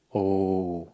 oh